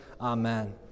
Amen